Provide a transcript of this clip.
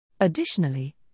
Additionally